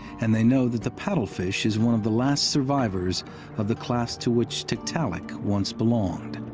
and they know that the paddlefish is one of the last survivors of the class to which tiktaalik once belonged.